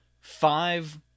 five